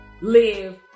live